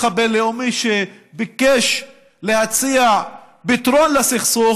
הבין-לאומי שביקש להציע פתרון לסכסוך,